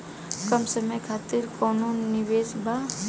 कम समय खातिर कौनो निवेश बा?